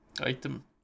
item